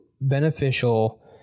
beneficial